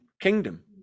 kingdom